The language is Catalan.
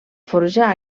forjar